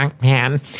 man